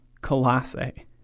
Colossae